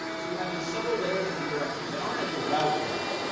so you have these several layers of indirection that aren't at the router level.